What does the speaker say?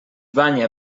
banya